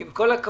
עם כל הכבוד,